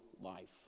life